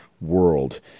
world